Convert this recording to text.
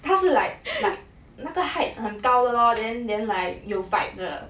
他是 like like 那个 height 很高的 lor then then like you vibe 的